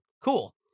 Cool